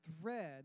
thread